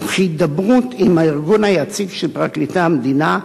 תוך הידברות עם הארגון היציג של פרקליטי המדינה,